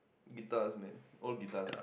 guitars man old guitars